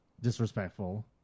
disrespectful